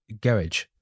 Garage